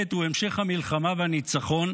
הוא המשך המלחמה והניצחון,